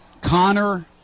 Connor